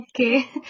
Okay